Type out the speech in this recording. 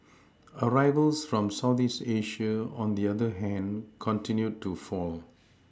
arrivals from southeast Asia on the other hand continued to fall